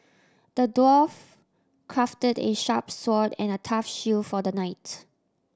the dwarf crafted a sharp sword and a tough shield for the knight